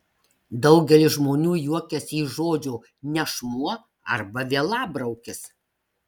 daugelis žmonių juokiasi iš žodžio nešmuo arba vielabraukis